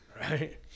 right